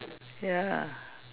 ya